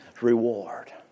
reward